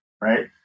right